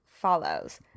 follows